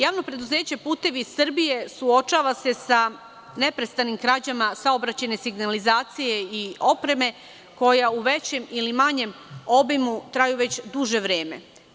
Javno preduzeće „Putevi Srbije“ suočava se sa neprestanim krađama saobraćajne signalizacije i opreme koja u većem ili manjem obimu traju već duže vreme.